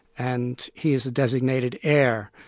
and he is the designated heir.